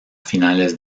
finales